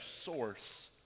source